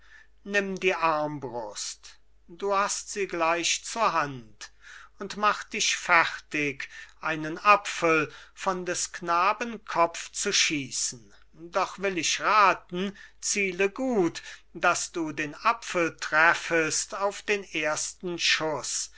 nimm die armbrust du hast sie gleich zur hand und mach dich fertig einen apfel von des knaben kopf zu schiessen doch will ich raten ziele gut dass du den apfel treffest auf den ersten schuss